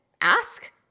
ask